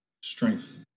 Strength